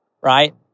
right